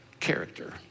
character